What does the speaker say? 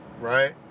right